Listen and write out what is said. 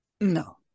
No